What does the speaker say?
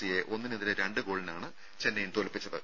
സിയെ ഒന്നിനെതിരെ രണ്ട് ഗോളിനാണ് ചെന്നൈയിൻ തോൽപ്പിച്ചത്